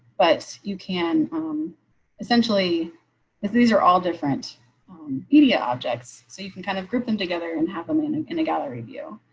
but you can essentially these are all different media objects. so you can kind of group them together and have them in and in a gallery view.